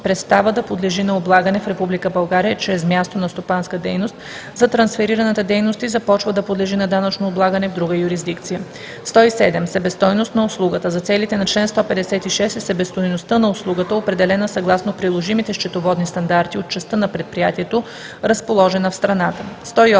престава да подлежи на облагане в Република България чрез място на стопанска дейност за трансферираната дейност и започва да подлежи на данъчно облагане в друга юрисдикция. 107. „Себестойност на услуга“ за целите на чл. 156 е себестойността на услугата, определена съгласно приложимите счетоводни стандарти от частта на предприятието, разположена в страната. 108.